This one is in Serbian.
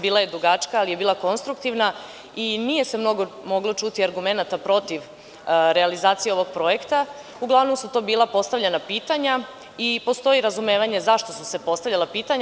Bila je dugačka, ali je bila konstruktivna i nije se mnogo moglo čuti argumenata protiv realizacije ovog projekta, uglavnom su to bila postavljena pitanja, i postoji razumevanje zašto su se postavljala pitanja.